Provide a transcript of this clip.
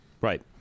Right